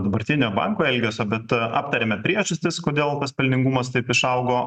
dabartinio banko elgesio bet aptarėme priežastis kodėl tas pelningumas taip išaugo